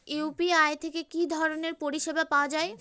UPI থেকে কি ধরণের পরিষেবা পাওয়া য়ায়?